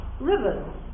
rivers